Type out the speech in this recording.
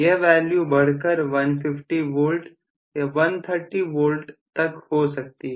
यह वैल्यू बढ़कर 150V या 130V तक हो सकती है